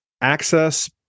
Access